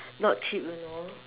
not cheap you know